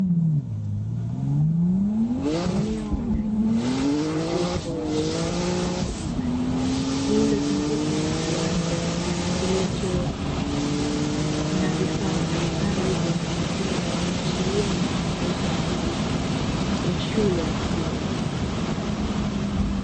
Eneo la nje la majengo yaliyotengenezwa kwa ustadi, lililozungukwa na kiwanja kilicho na vifaa mbalimbali vya kuchezea, yakiashiria ni mandhari kwa ajili ya shule ya msingi.